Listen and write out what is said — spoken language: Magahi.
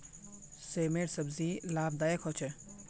सेमेर सब्जी लाभदायक ह छेक